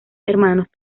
hermanos